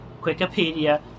Wikipedia